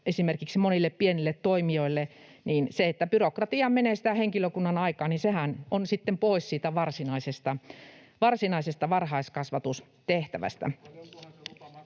Esimerkiksi monilla pienillä toimijoilla se, että byrokratiaan menee sitä henkilökunnan aikaa, on sitten pois siitä varsinaisesta varhaiskasvatustehtävästä.